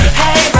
hey